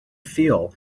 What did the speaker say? feel